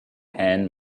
hen